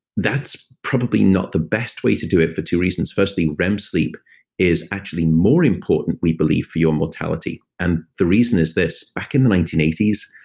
that's probably not the best way to do it for two reasons. first thing, rem sleep is actually more important, we believe, for your mortality. and the reason is this back in the nineteen eighty s,